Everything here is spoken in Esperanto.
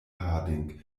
harding